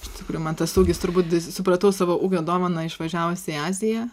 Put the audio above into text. iš tikrųjų man tas ūgis turbūt supratau savo ūgio dovaną išvažiavusi į aziją